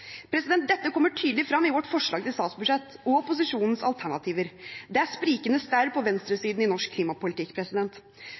Dette kommer tydelig frem i vårt forslag til statsbudsjett og i opposisjonens alternativer. Det er sprikende staur på